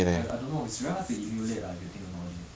I I don't know it's very hard to emulate lah if you think about it